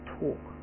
talk